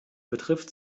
betrifft